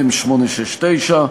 מ/869.